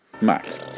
Max